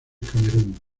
camerún